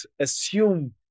assume